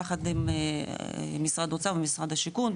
יחד עם משרד האוצר ומשרד השיכון,